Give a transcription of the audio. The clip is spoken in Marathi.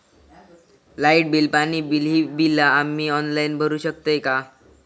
लाईट बिल, पाणी बिल, ही बिला आम्ही ऑनलाइन भरू शकतय का?